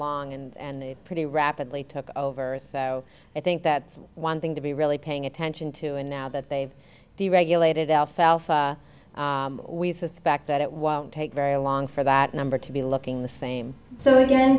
long and it pretty rapidly took over i think that's one thing to be really paying attention to and now that they've deregulated alfalfa we suspect that it won't take very long for that number to be looking the same so again